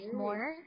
more